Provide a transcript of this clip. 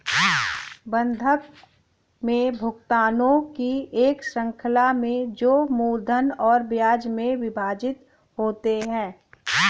बंधक में भुगतानों की एक श्रृंखला में जो मूलधन और ब्याज में विभाजित होते है